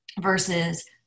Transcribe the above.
versus